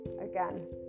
again